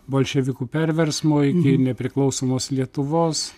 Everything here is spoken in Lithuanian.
bolševikų perversmo iki nepriklausomos lietuvos